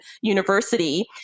University